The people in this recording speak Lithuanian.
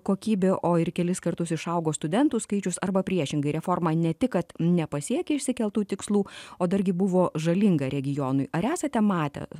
kokybė o ir kelis kartus išaugo studentų skaičius arba priešingai reforma ne tik kad nepasiekė išsikeltų tikslų o dargi buvo žalinga regionui ar esate matę